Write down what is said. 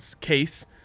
case